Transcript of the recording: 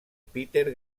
peter